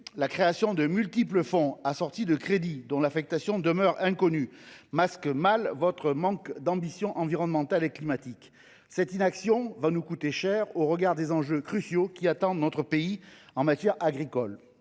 la création de multiples fonds auxquels on attribue des crédits dont l’affectation demeure inconnue masque mal votre manque d’ambition environnementale et climatique. Cette inaction nous coûtera cher au regard des enjeux cruciaux qui attendent notre pays en matière agricole.